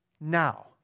now